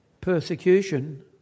persecution